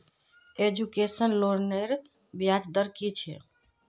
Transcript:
Education लोनेर ब्याज दर कि छे?